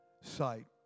sight